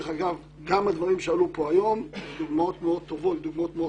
גם בדברים שעלו פה היום יש דוגמאות מאוד טובות.